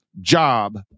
job